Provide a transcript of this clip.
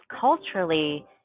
culturally